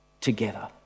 together